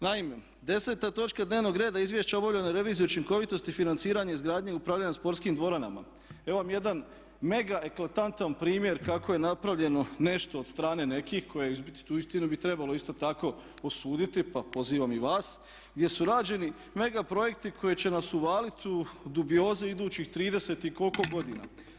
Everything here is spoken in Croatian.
Naime, 10. točka dnevnog reda Izvješće o obavljenoj reviziji učinkovitosti financiranja izgradnje i upravljanja sportskim dvoranama, evo vam jedan mega eklatantan primjer kako je napravljeno nešto od strane nekih koje uistinu bi trebalo isto tako osuditi pa pozivam i vas gdje su rađeni mega projekti koji će nas uvaliti u dubiozu idućih 30 i koliko godina.